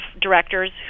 directors